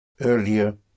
Earlier